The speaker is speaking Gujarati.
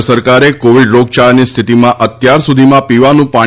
કેન્દ્ર સરકારે કોવીડ રોગયાળાની સ્થિતિમાં અત્યાર સુધીમાં પીવાનું પાણી